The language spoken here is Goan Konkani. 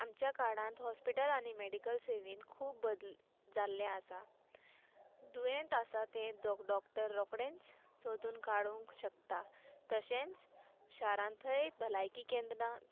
आमच्या काळांत हॉस्पिटल आनी मेडिकल सेवेन खूब बदल जाल्ले आसा दुयेंच आसा ते डॉक्टर रोकडेच सोदून काडूंक शकता तशेंच शारांत थंय भलायकी केंद्रां